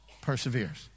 perseveres